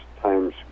times